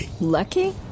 Lucky